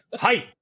Hi